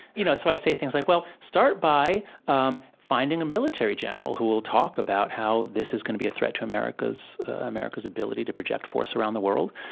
you know so i say things like, well, start by um finding a military general who will talk about how this is gonna be a threat to america's america's ability to project force around the world.